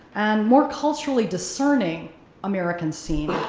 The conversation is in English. and more culturally discerning american scene.